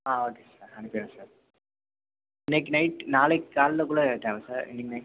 ஆ okay sir அனுப்பிடுறேன் sir இன்னைக்கு night நாளைக்கு காலைலக்குள்ளே சார் இன்னைக்கு நைட்